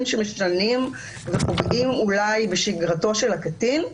שמשנים ופוגעים אולי בשגרתו של הקטין,